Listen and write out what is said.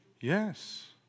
Yes